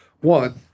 One